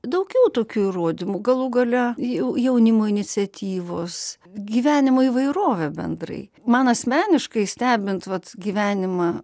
daugiau tokių įrodymų galų gale jau jaunimo iniciatyvos gyvenimo įvairovė bendrai man asmeniškai stebint vat gyvenimą